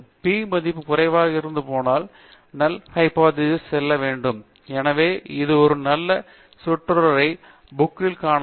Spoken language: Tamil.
P மதிப்பு குறைவாக இருக்கும் போதெல்லாம் நல் ஹைப்போதீசிஸ் செல்ல வேண்டும் எனவே இது ஒரு நல்ல சொற்றொடரை நீங்கள் ஒகுண்ணைக்கே புக் ல் காணலாம்